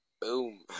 boom